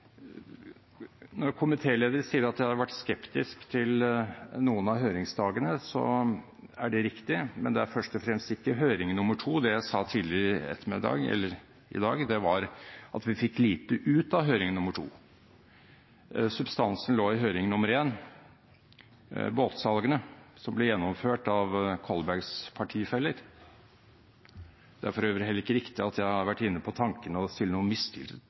Når komitélederen sier jeg har vært skeptisk til noen av høringsdagene, er det riktig, men det gjelder først og fremst ikke høring nr. 2. Det jeg sa tidligere i dag, var at vi fikk lite ut av høring nr. 2. Substansen lå i høring nr. 1, om båtsalgene som ble gjennomført av Kolbergs partifeller. Det er for øvrig heller ikke riktig at jeg har vært inne på tanken å stille